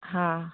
हा